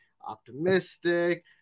Optimistic